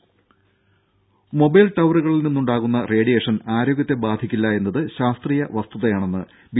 രും മൊബൈൽ ടവറുകളിൽ നിന്നുണ്ടാകുന്ന റേഡിയേഷൻ ആരോഗ്യത്തെ ബാധിക്കില്ല എന്നത് ശാസ്ത്രീയ വസ്തുതയാണെന്ന് ബി